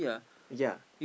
ya